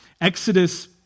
Exodus